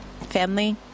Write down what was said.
Family